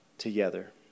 together